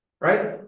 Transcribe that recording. right